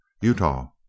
Utah